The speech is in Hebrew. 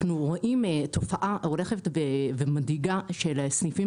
אנחנו רואים תופעה מדאיגה של סניפים